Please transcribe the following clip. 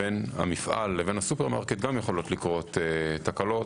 בין המפעל לבין הסופרמרקט יכולות לקרות תקלות.